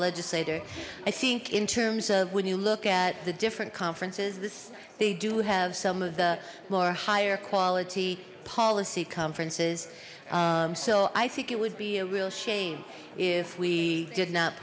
legislator i think in terms of when you look at the different conferences this they do have some of the more higher quality policy conferences so i think it would be a real shame if we did not